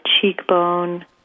cheekbone